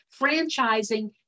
franchising